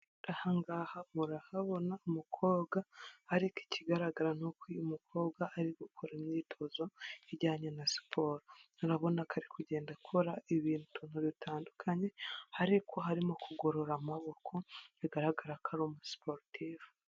Aha ngaha murahabona umukobwa, ariko ikigaragara ni uko uyu mukobwa ari gukora imyitozo ijyanye na siporo, urabona ka ari kugenda akora ibintu utuntu dutandukanye, ariko harimo kugorora amaboko bigaragara ko ari umusiporutifu.